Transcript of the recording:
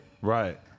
Right